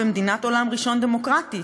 במדינת עולם ראשון דמוקרטית,